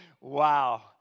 Wow